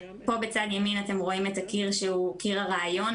פה בצד ימין אתם רואים את הקיר שהוא קיר הרעיון,